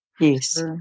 Yes